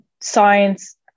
science